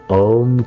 om